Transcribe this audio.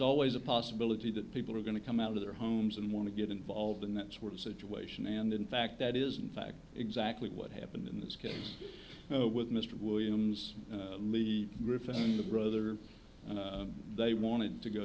always a possibility that people are going to come out of their homes and want to get involved in that sort of situation and in fact that is in fact exactly what happened in this case with mr williams the gryphon the brother they wanted to go